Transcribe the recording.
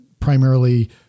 primarily